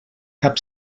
cap